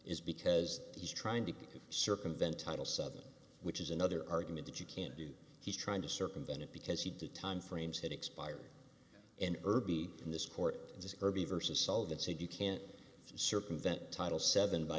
is because he's trying to circumvent title souther which is another argument that you can't do he's trying to circumvent it because he did time frames that expire in irby in this court in this irby versus all that said you can circumvent title seven by